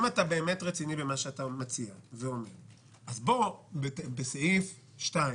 אם אתה באמת רציני במה שאתה מציע אז בוא בסעיף 2,